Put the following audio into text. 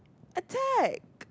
attack